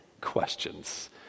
questions